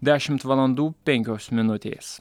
dešimt valandų penkios minutės